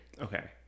okay